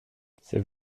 c’est